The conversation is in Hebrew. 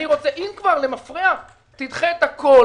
אני רוצה שאם כבר למפרע תדחה את הכול,